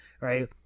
right